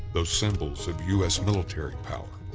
those symbols of u s. military power.